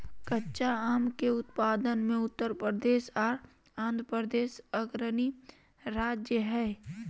कच्चा आम के उत्पादन मे उत्तर प्रदेश आर आंध्रप्रदेश अग्रणी राज्य हय